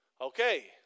Okay